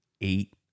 eight